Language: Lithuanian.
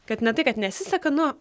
kad ne tai kad nesiseka nu